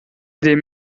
dem